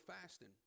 fasting